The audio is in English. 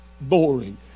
boring